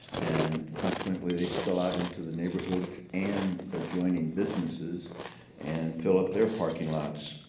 and consequently, they spill out into the neighborhood and adjoining businesses and fill up their parking lots.